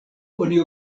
oni